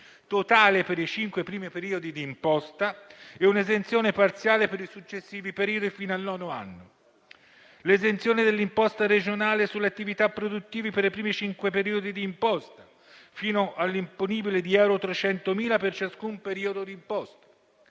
totale per i cinque primi periodi di imposta e parziale per i successivi periodi fino al nono anno; l'esenzione dall'imposta regionale sulle attività produttive per i primi cinque periodi d'imposta, fino all'imponibile di euro 300.000 per ciascun periodo d'imposta;